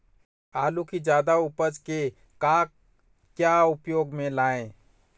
आलू कि जादा उपज के का क्या उपयोग म लाए?